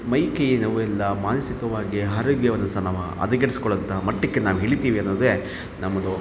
ಮೈಕೈ ನೋವೆಲ್ಲ ಮಾನಸಿಕವಾಗಿ ಆರೋಗ್ಯವನ್ನು ಸಹ ನಾವು ಹದಗೆಡ್ಸ್ಕೊಳ್ಳೋಂಥ ಮಟ್ಟಕ್ಕೆ ನಾವು ಇಳಿತೀವಿ ಅನ್ನೋದೇ ನಮ್ಮದು